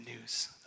news